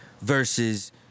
versus